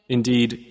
Indeed